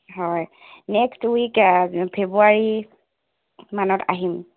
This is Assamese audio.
হয় নেক্সট উইক ফ্ৰেব্ৰুৱাৰীমানত আহিম